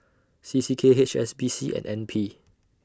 C C K H S B C and N P